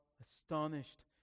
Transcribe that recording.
astonished